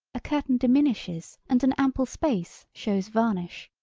a curtain diminishes and an ample space shows varnish.